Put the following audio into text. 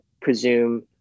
presume